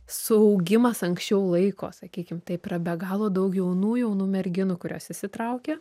suaugimas anksčiau laiko sakykim taip yra be galo daug jaunų jaunų merginų kurios įsitraukia